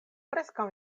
preskaŭ